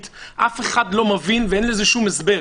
אף אחד לא מבין ואין לזה שום הסבר.